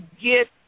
get